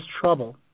trouble